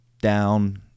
down